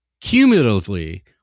Cumulatively